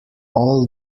all